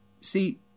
See